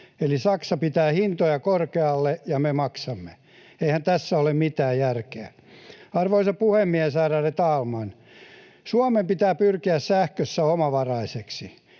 eli Saksa pitää hintoja korkealla ja me maksamme. Eihän tässä ole mitään järkeä. Arvoisa puhemies, ärade talman! Suomen pitää pyrkiä sähkössä omavaraiseksi.